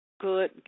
good